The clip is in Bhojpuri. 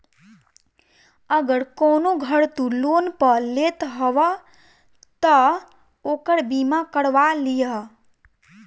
अगर कवनो घर तू लोन पअ लेत हवअ तअ ओकर बीमा करवा लिहअ